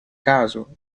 caso